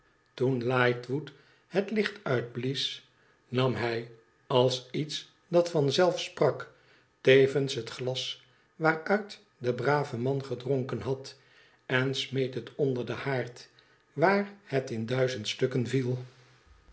toen lightwood het licht uitblies nam hij als iets dat van zelf sprak tevens het glas waaruit de brave man gedronken had en smeet het onder den haard waar het in duizend stukken viel